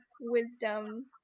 wisdom